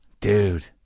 dude